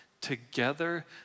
together